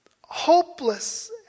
hopeless